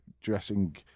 dressing